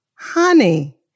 Honey